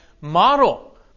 model